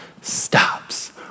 stops